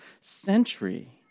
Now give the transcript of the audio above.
century